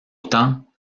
autant